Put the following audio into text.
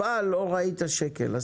אבל לא ראית שקל.